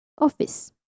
office